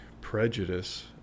prejudice